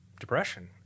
depression